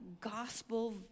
gospel